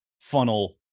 funnel